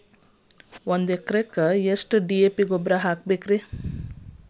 ಒಂದು ಎಕರೆಕ್ಕ ಎಷ್ಟ ಡಿ.ಎ.ಪಿ ಗೊಬ್ಬರ ಹಾಕಬೇಕ್ರಿ?